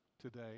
today